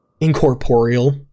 incorporeal